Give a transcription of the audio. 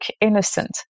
innocent